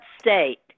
state